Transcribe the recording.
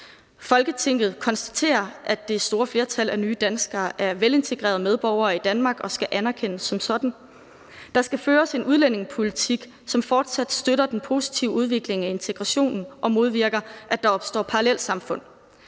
»Folketinget konstaterer, at det store flertal af nye danskere er velintegrerede medborgere i Danmark og skal anerkendes som sådan. Der skal føres en udlændingepolitik, som fortsat støtter den positive udvikling af integrationen og modvirker, at der opstår parallelsamfund.